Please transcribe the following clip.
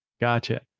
Gotcha